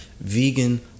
Vegan